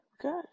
good